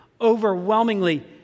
overwhelmingly